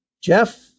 Jeff